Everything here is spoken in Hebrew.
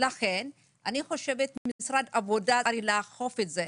לכן אני חושבת שמשרד העבודה צריך לאכוף את זה,